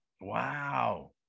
Wow